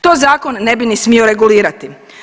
To zakon ne bi ni smio regulirati.